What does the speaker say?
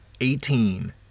eighteen